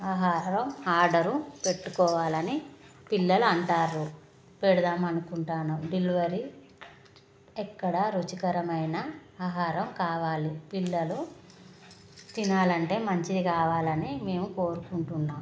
ఆహారం ఆర్డరు పెట్టుకోవాలని పిల్లలు అంటున్నారు పెడదామనుకుంటన్నాం డెలివరీ ఎక్కడ రుచికరమైన ఆహారం కావాలి పిల్లలు తినాలంటే మంచిది కావాలని మేము కోరుకుంటున్నాం